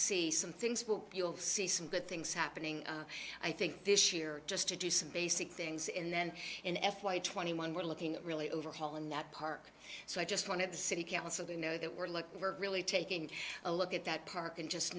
see some things will you'll see some good things happening i think this year just to do some basic things in then in f y twenty one we're looking really overhaul in that park so i just wanted the city council to know that we're look we're really taking a look at that park and just